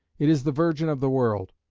it is the virgin of the world.